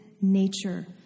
nature